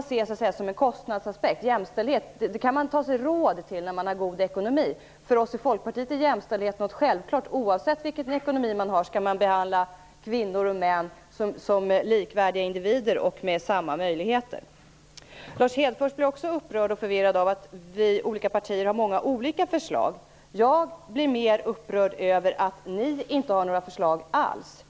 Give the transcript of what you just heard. får se jämställdhet som en kostnadsaspekt. Jämställdhet kan man ta sig råd till när man har god ekonomi. För oss i Folkpartiet är jämställdhet något självklart. Oavsett vilken ekonomi man har skall man behandla kvinnor och män som likvärdiga individer med samma möjligheter. Lars Hedfors blir också upprörd och förvirrad av att de olika partierna har många olika förslag. Jag blir mer upprörd över att Socialdemokraterna inte har några förslag alls.